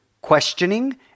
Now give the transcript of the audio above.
questioning